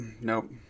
Nope